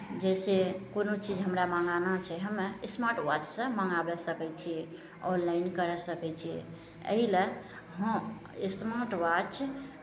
जइसे कोनो चीज हमरा मङ्गाना छै हमे स्मार्ट वाचसँ मङ्गाबय सकै छी ऑनलाइन करि सकै छी एहि लेल हम स्मार्ट वाच